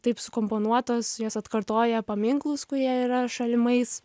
taip sukomponuotos jos atkartoja paminklus kurie yra šalimais